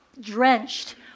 drenched